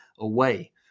Away